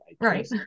Right